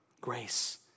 Grace